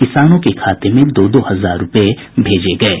किसानों के खाते में दो दो हजार रूपये भेजे गये